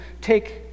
take